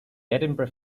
edinburgh